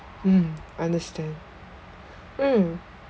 mm undertand mm